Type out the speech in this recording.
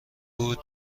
بود